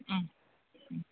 ഉം ഉം